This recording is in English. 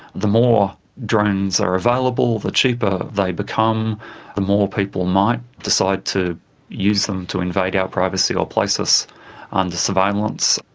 the more drones are available, the cheaper they become, the more people might decide to use them to invade our privacy or place us under surveillance.